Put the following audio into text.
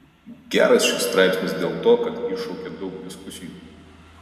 geras šis straipsnis dėl to kad iššaukė daug diskusijų